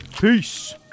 Peace